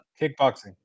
Kickboxing